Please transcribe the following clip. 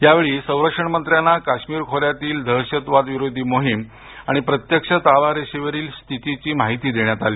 यावेळी संरक्षण मंत्र्यांना काश्मीर खोर्यातील दहशतवाद विरोधी मोहीम आणि प्रत्यक्ष ताबा रेषेवरील स्थितीची माहिती देण्यात आली